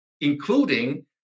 including